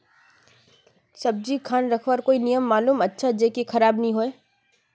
सब्जी खान रखवार कोई नियम मालूम अच्छा ज की खराब नि होय?